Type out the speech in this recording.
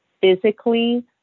physically